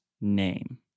name